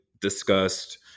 discussed